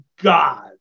God